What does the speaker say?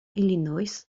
illinois